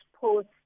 post